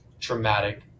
traumatic